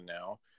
now